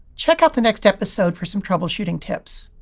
check out the next episode for some troubleshooting tips.